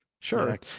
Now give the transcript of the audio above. sure